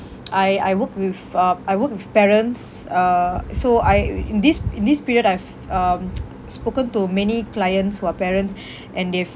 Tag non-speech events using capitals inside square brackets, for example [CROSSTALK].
[NOISE] I I work with uh I work with parents uh so I [NOISE] in this in this period I've um [NOISE] spoken to many clients who are parents [BREATH] and they've